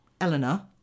Eleanor